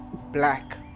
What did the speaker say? black